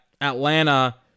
Atlanta